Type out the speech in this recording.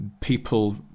people